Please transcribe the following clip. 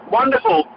wonderful